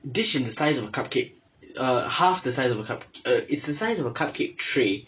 dish in the size of a cupcake uh half the size of a cup uh it's the size of a cupcake tray